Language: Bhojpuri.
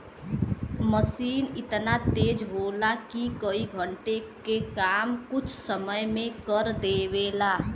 मसीन एतना तेज होला कि कई घण्टे के काम कुछ समय मे कर देवला